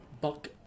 Buck